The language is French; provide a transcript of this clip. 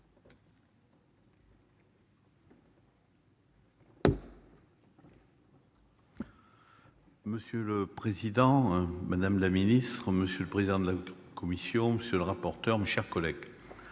monsieur le président, madame la secrétaire d'État, monsieur le président de la commission, monsieur le rapporteur, mes chers collègues,